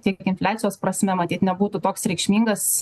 tik infliacijos prasme matyt nebūtų toks reikšmingas